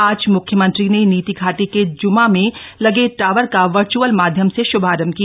आज मुख्यमंत्री ने नीति घाटी के जुमा में लगे टावर का वर्च्अल माध्यम से शुभारम्भ किया